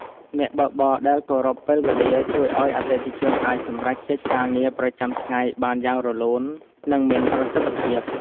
អ្នកបើកបរដែលគោរពពេលវេលាជួយឱ្យអតិថិជនអាចសម្រេចកិច្ចការងារប្រចាំថ្ងៃបានយ៉ាងរលូន និងមានប្រសិទ្ធភាព។